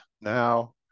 now